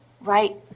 Right